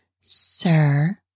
sir